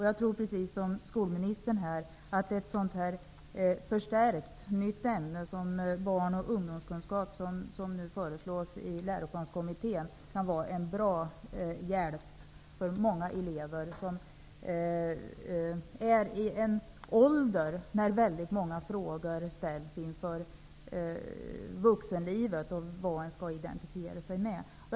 Jag tror precis som skolministern att ett förstärkt, nytt ämne som barn och ungdomskunskap, som nu föreslås i Läroplanskommittén, kan vara en bra hjälp för många elever som är i den ålder då många frågor ställs inför vuxenlivet med funderingar över identifieringen. Herr talman!